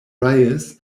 reyes